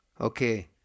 Okay